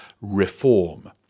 reform